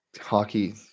hockey